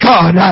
God